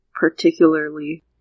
Particularly